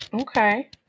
Okay